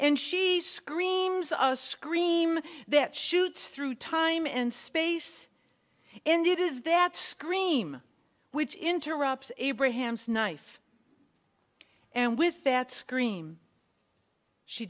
and she screams a scream that shoots through time and space and it is that scream which interrupts abraham's knife and with that scream she